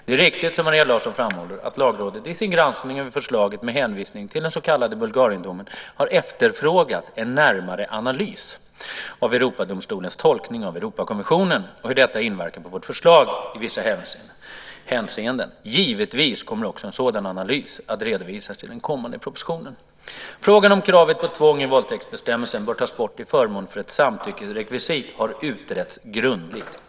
Det är riktigt, som Maria Larsson framhåller, att Lagrådet i sin granskning över förslaget med hänvisning till den så kallade Bulgariendomen har efterfrågat en närmare analys av Europadomstolens tolkning av Europakonventionen och hur detta inverkar på vårt förslag i vissa hänseenden. Givetvis kommer också en sådan analys att redovisas i den kommande propositionen. Frågan om kravet på tvång i våldtäktsbestämmelsen bör tas bort till förmån för ett samtyckesrekvisit har utretts grundligt.